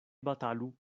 batalu